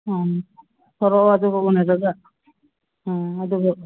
ꯎꯝ ꯊꯣꯔꯛꯑꯣ ꯑꯗꯨꯒ ꯎꯅꯗꯣꯏꯕ ꯑꯥ ꯑꯗꯨꯒ